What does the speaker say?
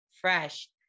fresh